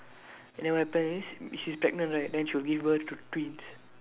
and then what happen is she's pregnant right then she'll give birth to twins